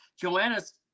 Joanna's